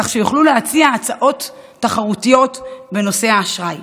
כך שיוכלו להציע הצעות תחרותיות בנושא האשראי.